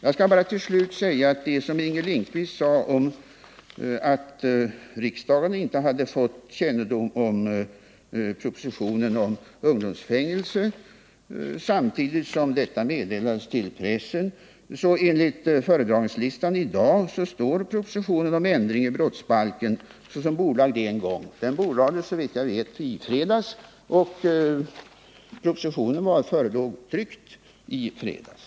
Jag skall bara till slut, med anledning av att Inger Lindquist sade att riksdagen inte hade fått kännedom om propositionen om ungdomsfängelse samtidigt som meddelande gick ut till pressen, peka på att enligt dagens att bekämpa våld och vandalism föredragningslista står propositionen om ändring i brottsbalken upptagen såsom bordlagd en gång. Den bordlades såvitt jag vet i fredags, och propositionen förelåg också tryckt i fredags.